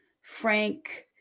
Frank